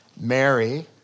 Mary